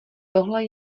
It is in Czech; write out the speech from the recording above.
tohle